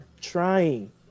trying